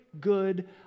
good